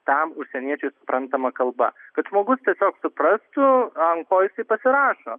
tam užsieniečiui suprantama kalba kad žmogus tiesiog suprastų ant ko jisai pasirašo